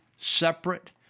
separate